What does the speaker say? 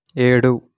ఏడు